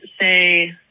say